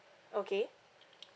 okay